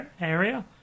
area